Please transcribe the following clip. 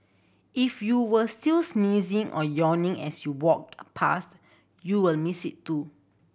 if you were still sneezing or yawning as you walked past you will miss it too